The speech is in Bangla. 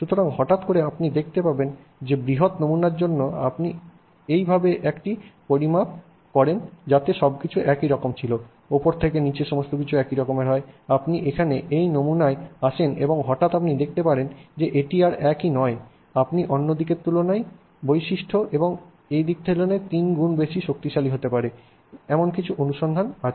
সুতরাং হঠাৎ করে আপনি দেখতে পাবেন যে বৃহত নমুনার জন্য আপনি এইভাবে এটি পরিমাপ করেন যাতে সবকিছু একই রকম ছিল উপরে থেকে নীচে সমস্ত কিছু একই রকম হয় আপনি এখানে এই নমুনায় আসেন এবং হঠাৎ আপনি দেখতে পাবেন যে এটি আর একই নয় আপনি অন্য দিকের তুলনায় বৈশিষ্ট্য এক দিক থেকে তিন গুণ বেশি শক্তিশালী হতে পারে এমন কিছু অনুসন্ধান আছে